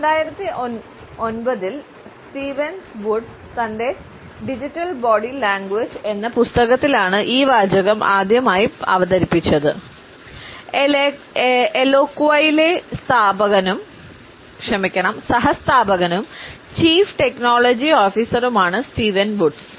2009 ൽ Stevens Woods സഹസ്ഥാപകനും chief technology ഓഫീസറുമാണ് സ്റ്റീവൻ വുഡ്സ്